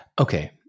Okay